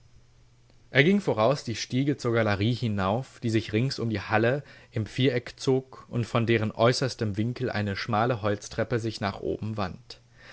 er ging voraus die stiege zur galerie hinauf die sich rings um die halle im viereck zog und von deren äußerstem winkel eine schmale holztreppe sich nach oben wand